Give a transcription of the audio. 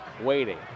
waiting